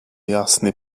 jasny